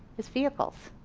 is vehicles,